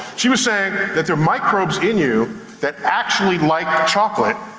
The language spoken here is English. she was saying that there are microbes in you that actually like chocolate,